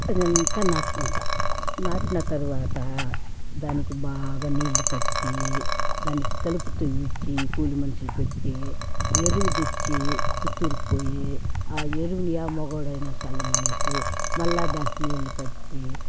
అవంతా నాటుకుంటా నాటిన తర్వాత దానికి బాగా నీళ్లు కట్టి దానికి కలుపు తవ్వించి కూలి మనుషులను పెట్టి ఎరువు తెచ్చి పుత్తూరుకు పొయ్యి ఆ ఎరువును ఏ మగాడినైనా చల్లమనేసి మళ్ళా దానికి నీళ్లు కట్టి